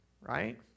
right